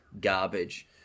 garbage